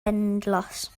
endless